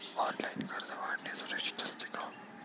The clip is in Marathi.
ऑनलाइन कर्ज काढणे सुरक्षित असते का?